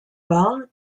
war